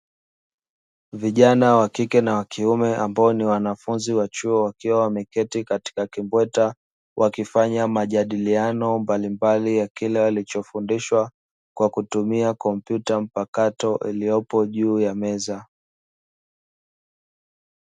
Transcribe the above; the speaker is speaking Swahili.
Vijana wa kike na wa kiume ambao ni wanafunzi wa chuo, wakiwa wameketi katika kimbweta, wakifanya majadiliano mbalimbali ya kile walichofundishwa, kwa kutumia kompyuta mpakato iliyopo juu ya meza.